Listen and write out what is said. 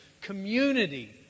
Community